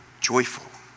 Joyful